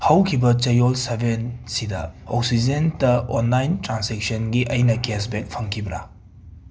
ꯍꯧꯈꯤꯕ ꯆꯌꯣꯜ ꯁꯕꯦꯟꯁꯤꯗ ꯑꯣꯛꯁꯤꯖꯦꯟꯗ ꯑꯣꯟꯂꯥꯏꯟ ꯇ꯭ꯔꯥꯟꯁꯦꯛꯁꯟꯒꯤ ꯑꯩꯅ ꯀꯦꯁꯕꯦꯛ ꯐꯪꯈꯤꯕꯔ